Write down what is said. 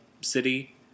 city